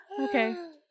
Okay